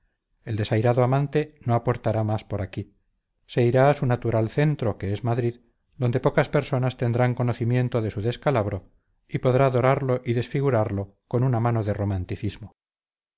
el desairado amante no aportará más por aquí se irá a su natural centro que es madrid donde pocas personas tendrán conocimiento de su descalabro y podrá dorarlo y desfigurarlo con una mano de romanticismo